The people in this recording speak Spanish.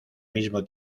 mismo